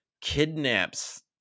kidnaps